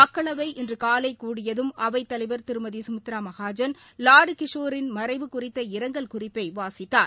மக்களவை இன்று காலை கூடியதும் அவைத்தலைவர் திருமதி கமித்ரா மகாஜன் லாடு கிஷோரின் மறைவு குறித்த இரங்கல் குறிப்பை வாசித்தார்